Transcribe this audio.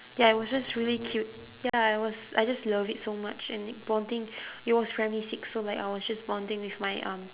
ya it was just really cute ya I was I just love it so much and like bonding it was primary six so like I was just bonding with my um